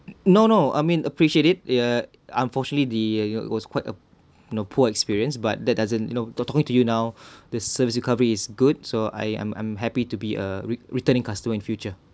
no no I mean appreciate it uh unfortunately the it was quite a you know poor experience but that doesn't you know talk talking to you now the service recovery is good so I I'm I'm happy to be a re~ returning customer in future